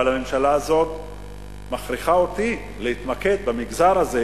אבל הממשלה הזאת מכריחה אותי להתמקד במגזר הזה,